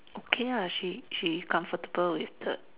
okay ah she she comfortable with the